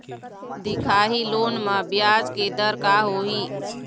दिखाही लोन म ब्याज के दर का होही?